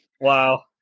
wow